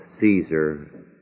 Caesar